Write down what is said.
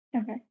okay